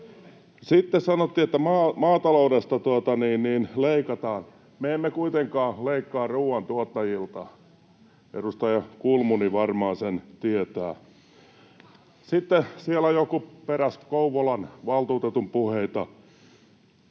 Sitten sanottiin, että maataloudesta leikataan. Me emme kuitenkaan leikkaa ruoantuottajilta, edustaja Kulmuni varmaan sen tietää. Sitten siellä joku peräsi Kouvolan valtuutetun puheita.